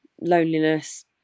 loneliness